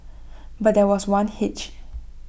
but there was one hitch